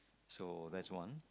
so that's one